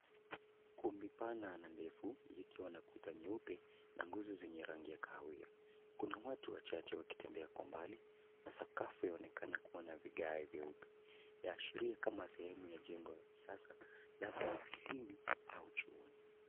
Kumbi pana na ndefu zikiwa na kuta nyeupe na nguzo zenye rangi ya kahawia. Kuna watu wachache wakitembea kwa mbali na sakafu yaonekana kuwa na vigae vyeupe. Yaashiria kama sehemu ya jengo ya kisasa labda ofisini au chuoni.